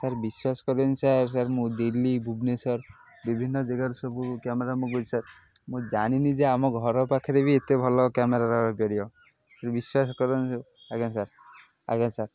sir ବିଶ୍ୱାସ କରିବେନି sir sir ମୁଁ ଦିଲ୍ଲୀ ଭୁବନେଶ୍ୱର ବିଭିନ୍ନ ଜଗାରୁ ସବୁ କ୍ୟାମେରା ମଗାଇଛି ସାର୍ ମୁଁ ଜାଣିନି ଯେ ଆମ ଘର ପାଖରେ ବି ଏତେ ଭଲ କ୍ୟାମେରା ରହି ପାରିବ ବିଶ୍ୱାସ କରନି ଯୋ ଆଜ୍ଞା ସାର୍ ଆଜ୍ଞା ସାର୍